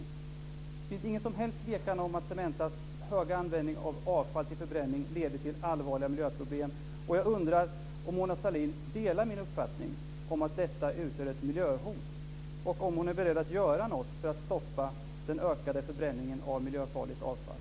Det finns ingen som helst tvekan om att Cementas höga användning av avfall till förbränning leder till allvarliga miljöproblem. Jag undrar om Mona Sahlin delar min uppfattning om att detta utgör ett miljöhot och om hon är beredd att göra något för att stoppa den ökade förbränningen av miljöfarligt avfall.